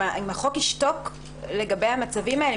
אם החוק ישתוק לגבי המצבים האלה,